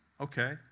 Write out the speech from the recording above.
Okay